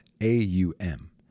A-U-M